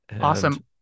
Awesome